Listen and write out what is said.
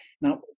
Now